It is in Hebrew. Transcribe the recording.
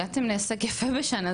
הגעתם להישג יפה בשנה,